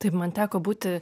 taip man teko būti